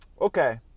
okay